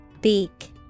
Beak